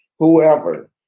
whoever